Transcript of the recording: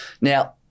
Now